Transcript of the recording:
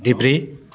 देब्रे